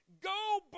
go